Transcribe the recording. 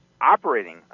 operating